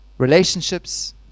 relationships